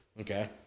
Okay